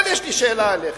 אבל יש לי שאלה אליך: